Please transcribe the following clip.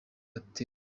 gatera